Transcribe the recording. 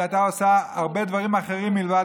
היא הייתה עושה הרבה דברים אחרים מלבד